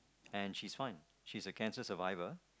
and she's fine she's a cancer survivor